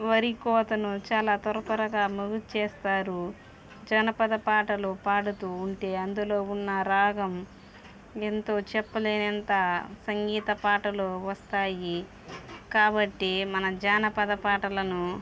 వరి కోతను చాలా త్వర త్వరగా ముగిచేస్తారు జానపద పాటలు పాడుతూ ఉంటే అందులో ఉన్న రాగం ఎంతో చెప్పలేనంత సంగీత పాటలు వస్తాయి కాబట్టి మనం జానపద పాటలను